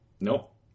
Nope